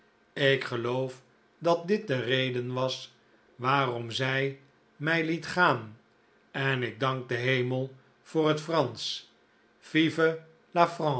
ik geloof dat dit de reden was waarom zij mij liet gaan en ik dank den hemel voor het fransch vive